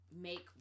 make